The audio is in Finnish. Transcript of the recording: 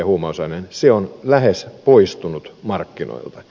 se on lähes poistunut markkinoilta